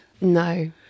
No